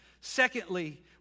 Secondly